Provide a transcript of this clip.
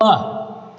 वाह